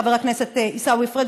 חבר הכנסת עיסאווי פריג',